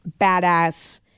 badass